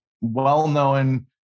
well-known